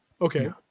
Okay